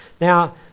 Now